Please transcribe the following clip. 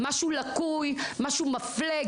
משהו מפלה,